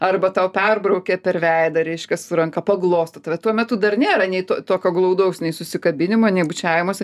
arba tau perbraukia per veidą reiškia su ranka paglosto tave tuo metu dar nėra nei tokio glaudaus nei susikabinimo nei bučiavimosi